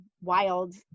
wild